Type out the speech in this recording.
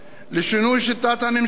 לשינוי שיטת הממשל.